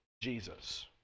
Jesus